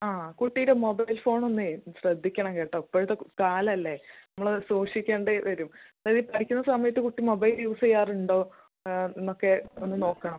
ആ കുട്ടിയുടെ mobile phone ഒന്ന് ശ്രദ്ധിക്കണം കേട്ടോ ഇപ്പോഴത്തെ കാലമല്ലേ നമ്മൾ സൂക്ഷിക്കേണ്ടി വരും അതായത് പഠിക്കുന്ന സമയത്ത് കുട്ടി മൊബൈല് യൂസ് ചെയ്യാറുണ്ടോ എന്നൊക്കെ ഒന്ന് നോക്കണം